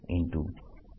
A A